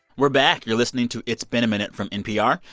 we're back. you're listening to it's been a minute from npr,